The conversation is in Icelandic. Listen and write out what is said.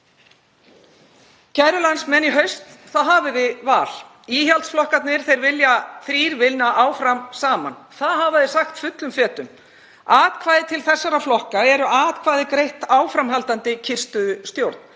Kæru landsmenn, Í haust hafið þið val. Íhaldsflokkarnir þrír vilja vinna áfram saman. Það hafa þeir sagt fullum fetum. Atkvæði til þessara flokka er atkvæði greitt áframhaldandi kyrrstöðustjórn.